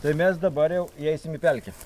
tai mes dabar jau įeisim į pelkes